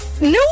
no